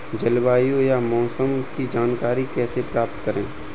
जलवायु या मौसम की जानकारी कैसे प्राप्त करें?